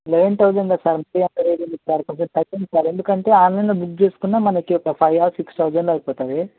లేదంటే ఎందుకంటే ఆన్లైన్లో బుక్ చేసుకున్న మనకు ఫైవ్ ఆర్ సిక్స్ థౌజండ్ అయిపోతాది